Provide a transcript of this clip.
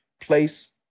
place